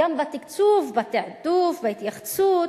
גם בתקצוב, בתעדוף, בהתייחסות.